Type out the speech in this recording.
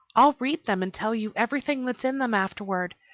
i'll read them and tell you everything that's in them afterward,